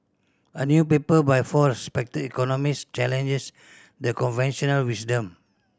a new paper by four respected economist challenges the conventional wisdom